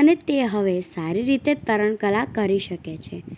અને તે હવે સારી રીતે તરણ કલા કરી શકે છે